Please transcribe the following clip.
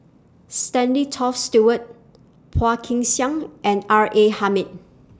Stanley Toft Stewart Hua Kin Xiang and R A Hamid